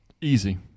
Easy